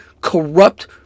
corrupt